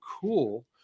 cool